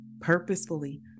purposefully